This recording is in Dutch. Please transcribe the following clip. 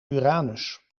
uranus